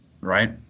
right